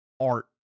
art